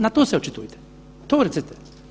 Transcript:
Na to se očitujte, to recite.